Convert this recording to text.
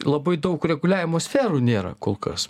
labai daug reguliavimo sferų nėra kol kas